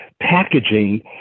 packaging